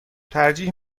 ترجیح